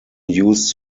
used